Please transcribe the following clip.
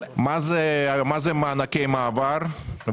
שאתם עושים.